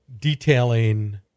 detailing